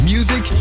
Music